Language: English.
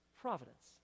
providence